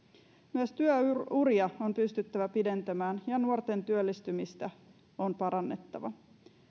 myös työuria on pystyttävä pidentämään ja nuorten työllistymistä on parannettava